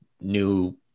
new